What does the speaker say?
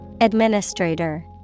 Administrator